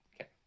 Okay